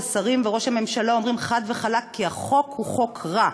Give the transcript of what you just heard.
השרים וראש הממשלה אומרים חד וחלק כי החוק הוא חוק רע,